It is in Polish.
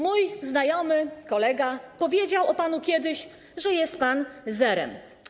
Mój znajomy, kolega powiedział o panu kiedyś, że jest pan zerem.